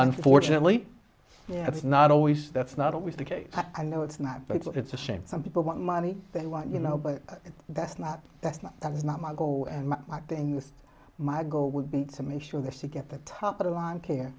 unfortunately that's not always that's not always the case i know it's not but it's a shame some people want money they want you know but that's not that's not that's not my goal and my goal would be to make sure they're sick at the top of the lawn care